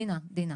דינה.